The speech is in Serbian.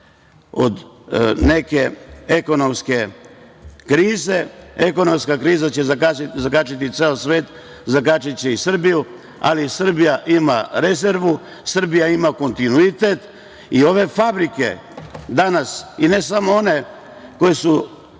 od neke ekonomske krize. Ekonomska kriza će zakačiti ceo svet, zakačiće i Srbiju, ali Srbija ima rezervu, Srbija ima kontinuitet. Ove fabrike danas, i ne samo one koje su